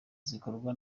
zikorwa